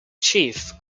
chief